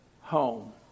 home